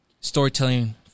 storytelling